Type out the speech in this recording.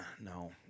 No